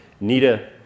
Nita